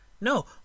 No